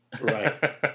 Right